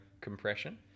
compression